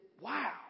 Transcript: wow